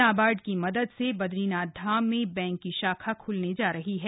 नाबार्ड की मदद से बदरीनाथ धाम में बैंक की शाखा ख्लने जा रही है